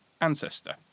ancestor